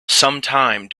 sometime